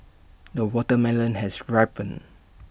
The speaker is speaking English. the watermelon has ripened